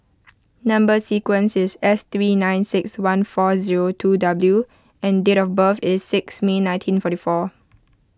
Number Sequence is S three nine six one four zero two W and date of birth is six May nineteen forty four